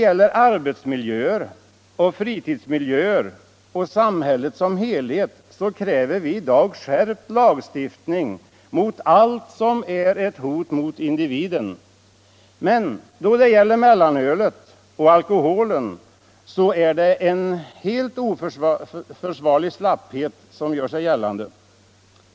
I arbetsmiljöer, fritidsmiljöer och i samhället som helhet kräver vi i dag skärpt lagstiftning mot allt som är ett hot mot individen. Men i fråga om mellanölet och alkoholen gör sig en helt oförsvarlig slapphet gällande.